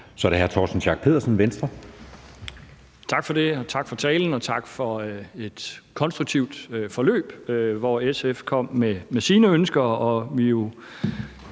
Kl. 10:37 Torsten Schack Pedersen (V): Tak for det, tak for talen, og tak for et konstruktivt forløb, hvor SF kom med sine ønsker og vi jo